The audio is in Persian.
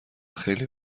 خیلی